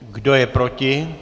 Kdo je proti?